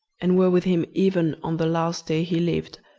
and were with him even on the last day he lived,